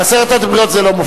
בעשרת הדיברות זה לא מופיע.